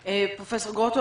פרופ' גרוטו,